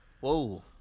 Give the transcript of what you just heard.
Whoa